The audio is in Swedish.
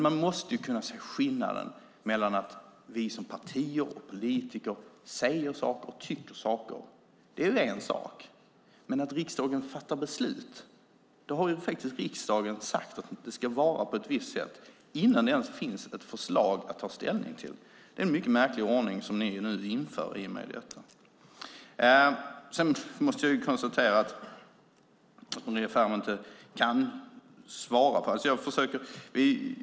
Man måste dock kunna se skillnaden mellan att vi som partier och politiker säger och tycker saker, vilket är en sak, och att riksdagen fattar beslut. Då har riksdagen nämligen sagt att det ska vara på ett visst sätt innan det ens finns ett förslag att ta ställning till. Det är en mycket märklig ordning ni nu inför i och med detta. Sedan måste jag konstatera att Maria Ferm inte kan svara.